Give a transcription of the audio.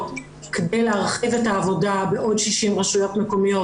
כדי להרחיב את העבודה בעוד 60 רשויות מקומיות,